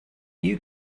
you